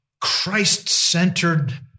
Christ-centered